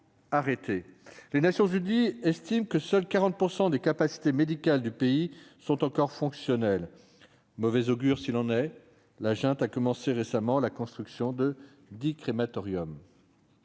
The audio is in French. Les Nations unies estiment que seulement 40 % des capacités médicales du pays sont encore fonctionnelles. Mauvais augure s'il en est, la junte a commencé récemment la construction de dix crématoriums.